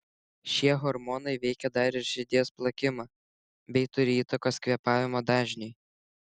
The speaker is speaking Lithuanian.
šie hormonai veikia dar ir širdies plakimą bei turi įtakos kvėpavimo dažniui